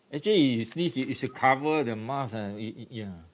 actually if she sneeze she should you should cover the mask ah I~ I~ ya